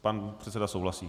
Pan předseda souhlasí.